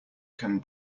can